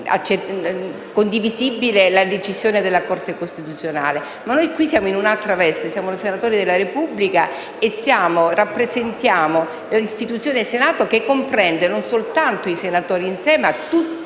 condivisibile, la decisione della Corte costituzionale. Ma noi, in questa sede, operiamo in un'altra veste, siamo senatori della Repubblica e rappresentiamo l'istituzione del Senato, che comprende non soltanto i senatori in sé ma tutto